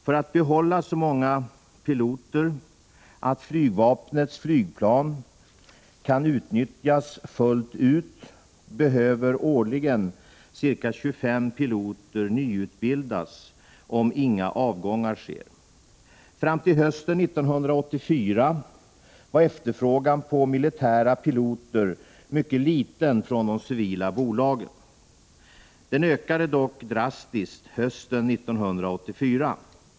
För att behålla så många piloter att flygvapnets flygplan kan utnyttjas fullt ut behöver årligen ca 25 piloter nyutbildas om inga avgångar sker. Fram till hösten 1984 var efterfrågan på militära piloter mycket liten från de civila bolagen. Den ökade dock drastiskt hösten 1984.